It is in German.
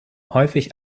häufig